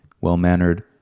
well-mannered